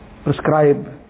prescribe